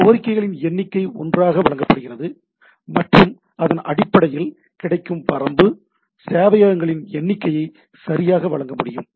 எனவே கோரிக்கைகளின் எண்ணிக்கை ஒன்றாக வழங்கப்படுகிறது மற்றும் அதன் அடிப்படையில் கிடைக்கும் வரம்பு சேவையகங்களின் எண்ணிக்கையை சரியாக வழங்க முடியும்